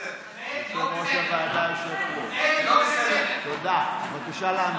בסדר שבאירוע פרידה אנחנו חייבים